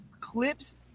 clips